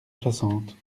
soixante